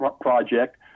project